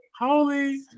Holy